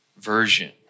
version